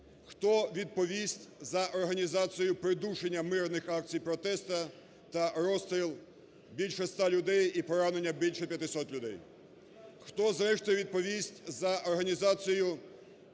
хто відповість за організацію придушення мирних акцій протесту та розстріл більше ста людей і поранення більше 500 людей; хто, зрештою, відповість за організацію